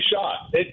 shot